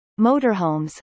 motorhomes